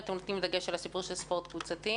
נותנים דגש על ספורט קבוצתי?